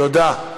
תודה.